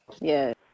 yes